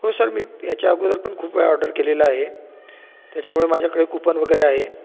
हो सर मी याच्या अगोदर पण खूपवेळा ऑर्डर केलेलं आहे त्याच्यामुळे माझ्याकडे कुपन वगैरे आहे